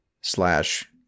Slash